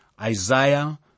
Isaiah